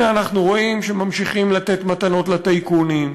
הנה אנחנו רואים שממשיכים לתת מתנות לטייקונים.